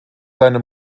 seine